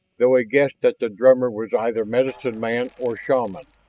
though he guessed that the drummer was either medicine man or shaman,